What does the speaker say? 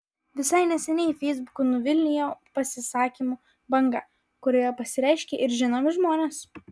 visai neseniai feisbuku nuvilnijo pasisakymų banga kurioje pasireiškė ir žinomi žmonės